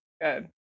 Good